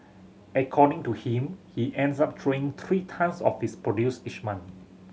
according to him he ends up throwing three tonnes of his produce each month